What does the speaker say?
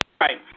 right